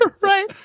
Right